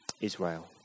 Israel